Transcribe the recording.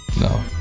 No